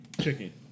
chicken